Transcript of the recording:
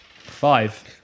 Five